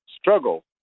struggle